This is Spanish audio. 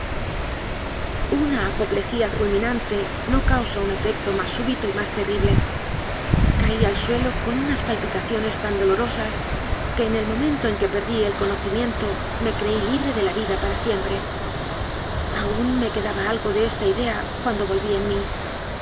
repetirla una apoplejía fulminante no causa un efecto más súbito y más terrible caí al suelo con unas palpitaciones tan dolorosas que en el momento en que perdí el conocimiento me creí libre de la vida para siempre aún me quedaba algo de esta idea cuando volví en mí